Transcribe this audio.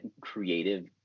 creative